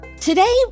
Today